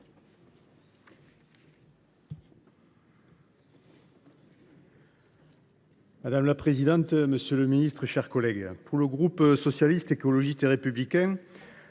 Madame la présidente, monsieur le ministre, mes chers collègues, pour le groupe Socialiste, Écologiste et Républicain,